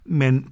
men